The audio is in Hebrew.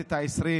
בכנסת העשרים